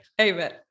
Amen